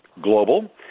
global